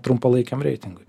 trumpalaikiam reitingui